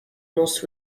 most